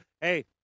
Hey